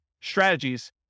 strategies